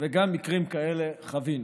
וגם מקרים כאלה חווינו.